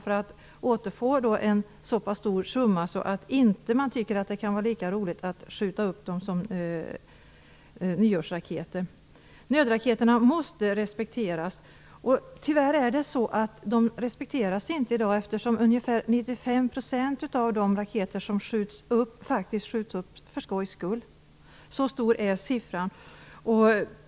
De skall få tillbaka en så pass stor summa att det inte blir roligt att skjuta upp nödraketerna som nyårsraketer. Nödraketerna måste respekteras. Tyvärr respekteras de inte i dag. Ungefär 95 % av de raketer som skjuts upp skjuts faktiskt upp för skojs skull. Så stor är siffran.